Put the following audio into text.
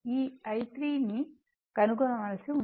ఈ i3 ను కనుగొనవలసి ఉంది